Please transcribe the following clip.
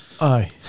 aye